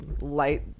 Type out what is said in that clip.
light